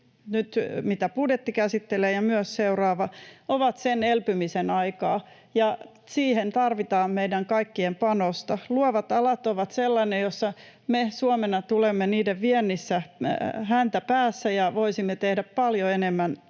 mitä budjetti käsittelee, ja myös seuraavat ovat sen elpymisen aikaa, ja siihen tarvitaan meidän kaikkien panosta. Luovat alat ovat sellainen, jossa me Suomena tulemme niiden viennissä häntäpäässä ja voisimme tehdä paljon enemmän